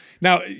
Now